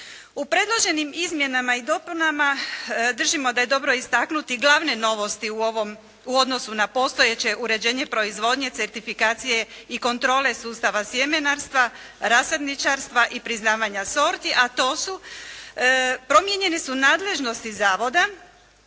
U predloženim izmjenama i dopunama držimo da je dobro istaknuti glavne novosti u odnosu na postojeće uređenje proizvodnje, certifikacije i kontrole sustava sjemenarstva, rasadničarstva i priznavanja sorti. A to su promijenjene su nadležnosti zavoda,